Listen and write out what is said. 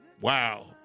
Wow